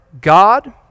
God